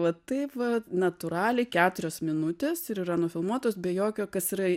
va taip va natūraliai keturios minutės yra nufilmuotos be jokio kas yra